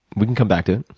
we can come back to it.